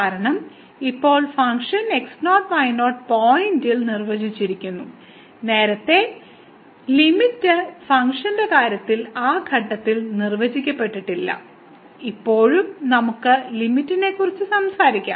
കാരണം ഇപ്പോൾ function x0y0 പോയിന്റിൽ നിർവചിച്ചിരിക്കുന്നു നേരത്തെ ലിമിറ്റ് ഫംഗ്ഷന്റെ കാര്യത്തിൽ ആ ഘട്ടത്തിൽ നിർവചിക്കപ്പെട്ടിരിക്കില്ല ഇപ്പോഴും നമുക്ക് ലിമിറ്റിനെക്കുറിച്ച് സംസാരിക്കാം